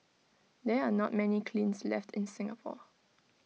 there are not many kilns left in Singapore